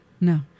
no